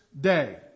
day